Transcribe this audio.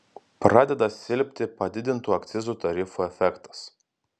pradeda silpti padidintų akcizų tarifų efektas